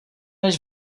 než